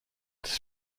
des